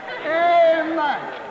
Amen